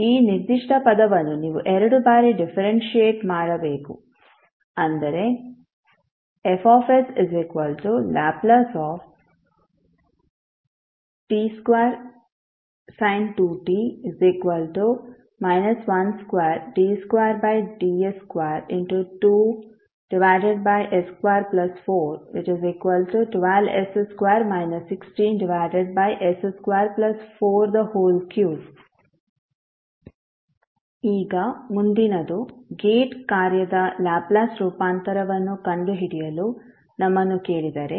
ಈ ನಿರ್ದಿಷ್ಟ ಪದವನ್ನು ನೀವು ಎರಡು ಬಾರಿ ಡಿಫರೆನ್ಸಿಯೆಟ್ ಮಾಡಬೇಕು ಅಂದರೆ Fs L t2sin2t 12d2ds22s2412s2 16s243 ಈಗ ಮುಂದಿನದು ಗೇಟ್ ಕಾರ್ಯದ ಲ್ಯಾಪ್ಲೇಸ್ ರೂಪಾಂತರವನ್ನು ಕಂಡುಹಿಡಿಯಲು ನಮ್ಮನ್ನು ಕೇಳಿದರೆ